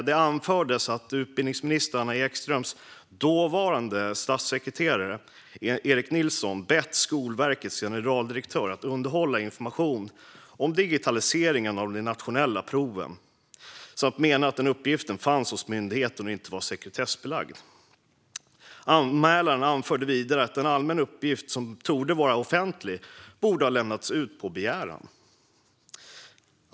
Det anförs att utbildningsminister Anna Ekströms dåvarande statssekreterare Erik Nilsson bett Skolverkets generaldirektör att undanhålla information om digitaliseringen av de nationella proven och att den efterfrågade uppgiften fanns hos myndigheten och inte var sekretessbelagd. Anmälaren anför vidare att en allmän uppgift som torde vara offentlig borde ha lämnats ut på begäran.